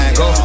go